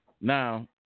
Now